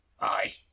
Aye